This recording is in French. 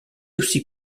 aussi